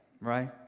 right